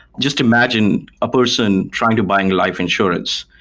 just imagine a person trying to buying life insurance,